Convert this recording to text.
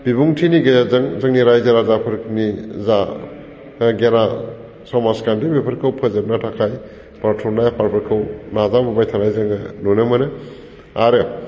बिबुंथिनि गेजेरजों जोंनि रायजो राजाफोरनि जा गेना समाजखान्थि बेफोरखौ फोजोबनो थाखाय बा थुनलाइ आफादफोरखौ नाजाबोबाय थानाय जोङो नुनो मोनो आरो